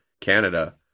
canada